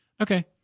Okay